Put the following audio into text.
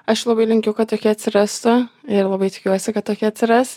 aš labai linkiu kad tokia atsirastų ir labai tikiuosi kad tokia atsiras